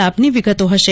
ના લાભની વિગતો હશે